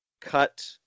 cut